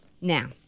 now